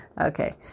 okay